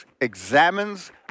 examines